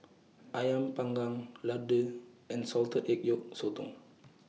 Ayam Panggang Laddu and Salted Egg Yolk Sotong